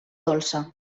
dolça